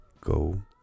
go